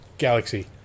Galaxy